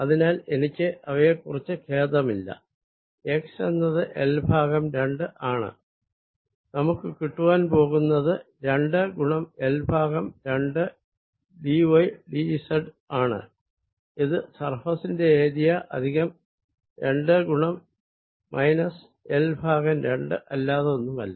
അതിനാൽ എനിക്ക് അവയെക്കുറിച്ച് ഖേദമില്ല x എന്നത് L ഭാഗം രണ്ട് ആണ് നമുക്ക് കിട്ടുവാൻ പോകുന്നത് രണ്ട് ഗുണം L ഭാഗം രണ്ട് d y d z ആണ് ഇത് സർഫേസിന്റെ ഏരിയ പ്ലസ് രണ്ട് ഗുണം മൈനസ് L ഭാഗം രണ്ട് അല്ലാതൊന്നുമല്ല